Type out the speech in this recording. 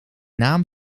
naam